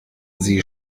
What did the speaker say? sie